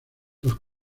los